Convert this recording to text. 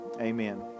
Amen